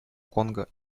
конго